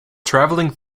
traveling